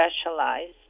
specialized